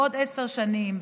בעוד עשר שנים,